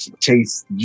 chase